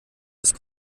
ist